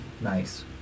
nice